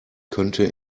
könnte